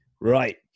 right